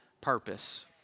purpose